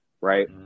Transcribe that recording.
right